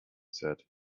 said